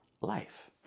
life